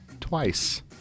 twice